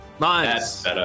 Nice